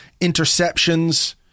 Interceptions